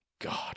God